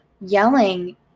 Yelling